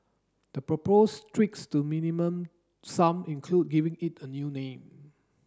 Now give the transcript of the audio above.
the proposed tweaks to Minimum Sum include giving it a new name